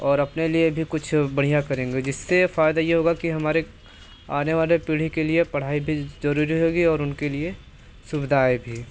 और अपने लिए भी कुछ बढ़िया करेंगे जिससे फ़ायदा यह होगा कि हमारे आने वाली पीढ़ी के लिए पढ़ाई भी ज़रूरी होगी और उनके लिए सुविधाएँ भी